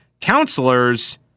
counselors